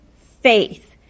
faith